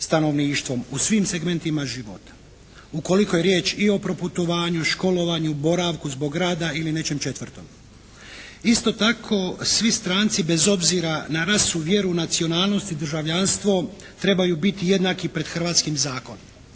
stanovništvom u svim segmentima života. Ukoliko je riječ i o proputovanju, školovanju, boravku zbog rada ili nečem četvrtom. Isto tako svi stranci bez obzira na rasu, vjeru, nacionalnost i državljanstvo trebaju biti jednaki pred hrvatskim zakonom.